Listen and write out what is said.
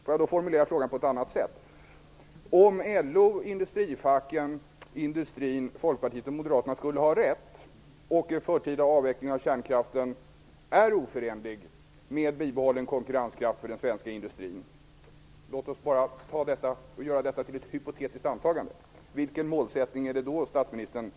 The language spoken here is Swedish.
Får jag då formulera frågan på ett annat sätt: Om LO, industrifacken, industrin, Folkpartiet och Moderaterna skulle ha rätt, och en förtida avveckling av kärnkraften vara oförenlig med bibehållen konkurrenskraft för den svenska industrin, låt oss bara göra detta till ett hypotetiskt antagande, vilken målsättning är det då statsministern vill överge?